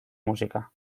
música